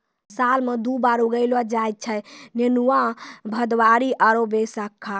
साल मॅ दु बार उगैलो जाय छै नेनुआ, भदबारी आरो बैसक्खा